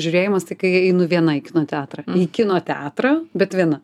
žiūrėjimas tai kai einu viena į kino teatrą į kino teatrą bet viena